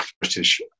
British